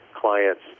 clients